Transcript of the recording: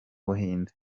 buhinde